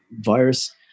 virus